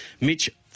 Mitch